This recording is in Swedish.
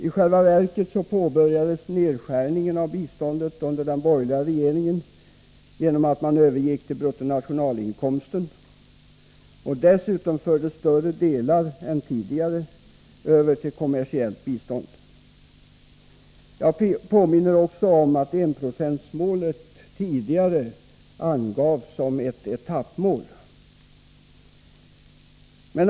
I själva verket påbörjades nedskärningen av biståndet under den borgerliga regeringen genom att man övergick till att beräkna 1 96 av bruttonationalinkomsten och dessutom förde över större delar än tidigare till kommersiellt bistånd. Jag påminner också om att enprocentsmålet tidigare angavs som ett etappmål.